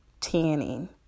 tanning